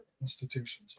institutions